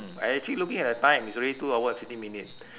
mm I actually looking at the time it's already two hour and fifteen minute